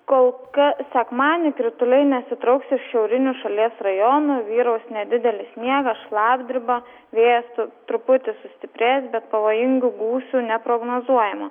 kol kas sekmadienį krituliai nesitrauks iš šiaurinių šalies rajonų vyraus nedidelis sniegas šlapdriba vėjas truputį sustiprės bet pavojingų gūsių neprognozuojama